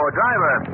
driver